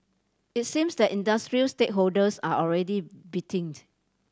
it seems that industry stakeholders are already biting